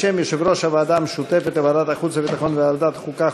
בשם יושב-ראש הוועדה המשותפת לוועדת החוץ והביטחון וועדת החוקה,